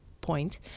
point